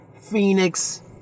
Phoenix